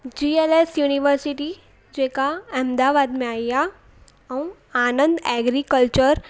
जी L S university जेका अहमदाबाद में आई आहे ऐं आनंद एग्रीकल्चर